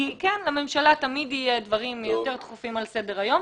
כי כן לממשלה תמיד יהיו דברים יותר דחופים על סדר היום.